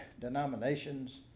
denominations